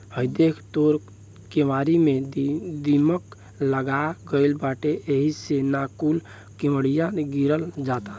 हइ देख तोर केवारी में दीमक लाग गइल बाटे एही से न कूल केवड़िया गिरल जाता